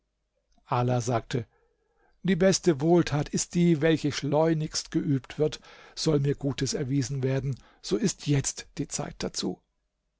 ala sagte die beste wohltat ist die welche schleunigst geübt wird soll mir gutes erwiesen werden so ist jetzt die zeit dazu